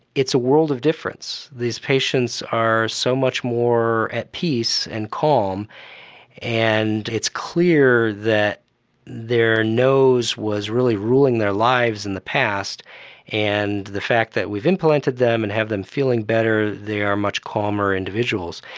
it's a world of difference. these patients are so much more at peace and calm and it's clear that their nose was really ruling their lives in the past and the fact that we've implanted them and have them feeling better, they are much calmer individuals.